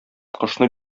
кошны